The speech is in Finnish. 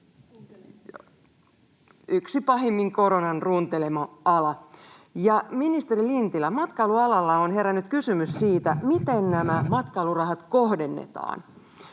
pahimmin runtelema ala. Ministeri Lintilä, matkailualalla on herännyt kysymys siitä, miten nämä matkailurahat kohdennetaan.